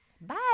Bye